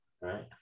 right